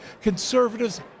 conservatives